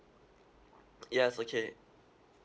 yes okay